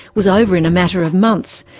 was over in a matter of months,